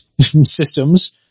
systems